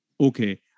Okay